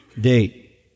date